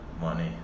money